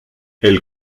elle